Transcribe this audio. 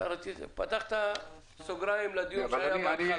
פתחת סוגריים לדיון שהיה בהתחלה.